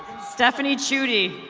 stephanie chewdy.